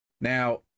Now